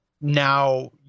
now